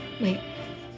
wait